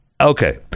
okay